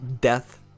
Death